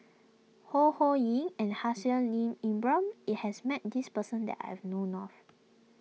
Ho Ho Ying and Haslir Ibrahim it has met this person that I've known of